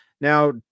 Now